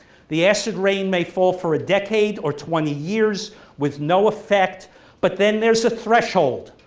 the acid rain may fall for a decade or twenty years with no effect but then there's a threshold.